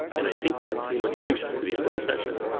and i think that pretty much brings us to the end of the session.